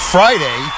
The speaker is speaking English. Friday